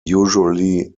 usually